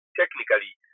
technically